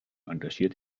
engagiert